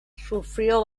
sufrió